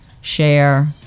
share